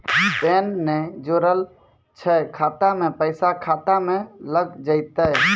Pan ने जोड़लऽ छै खाता मे पैसा खाता मे लग जयतै?